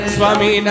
Swami